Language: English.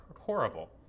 horrible